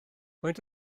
faint